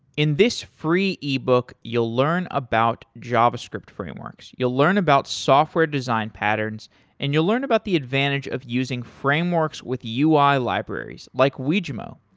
in this free ebook, you'll learn about javascript frameworks. you'll learn about software design patterns and you'll learn about the advantage of using frameworks with ui libraries, like wijmo.